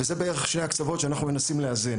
אלה הם שני הקצוות שאנחנו מנסים לאזן